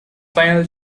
final